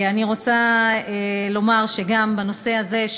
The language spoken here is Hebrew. אני רוצה גם לומר בנושא הזה,